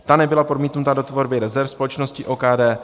Ta nebyla promítnuta do tvorby rezerv společnosti OKD.